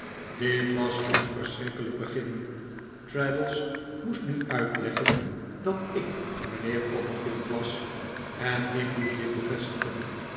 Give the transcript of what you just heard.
dit was een verschrikkelijk begin traddles moest nu uitleggen dat ik mijnheer copperfield was en ik moest dit bevestigen